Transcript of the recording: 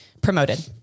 Promoted